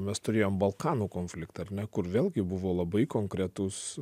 mes turėjom balkanų konfliktą ar ne kur vėlgi buvo labai konkretūs